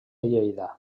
lleida